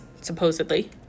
supposedly